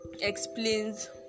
explains